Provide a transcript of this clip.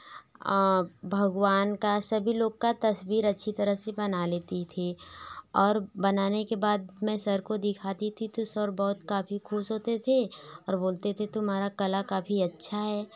भगवान का सभी लोग का तस्वीर अच्छी तरह से बना लेती थी और बनाने के बाद मैं सर को दिखाती थी तो सर बहुत काफ़ी खुश होते थे और बोलते थे तुम्हारा कला काफ़ी अच्छा है